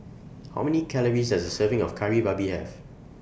How Many Calories Does A Serving of Kari Babi Have